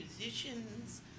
musicians